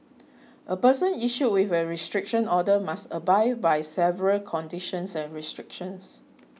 a person issued with a restriction order must abide by several conditions and restrictions